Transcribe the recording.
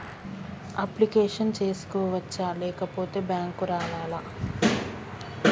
Application చేసుకోవచ్చా లేకపోతే bank రావాలా?